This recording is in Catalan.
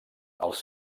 els